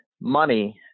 money